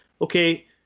okay